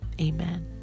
amen